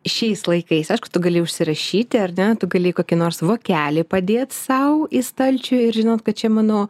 šiais laikais aišku tu gali užsirašyti ar ne tu gali kokį nors vokelį padėt sau į stalčių ir žinot kad čia mano